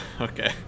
okay